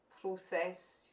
process